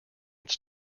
its